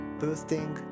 boosting